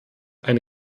eine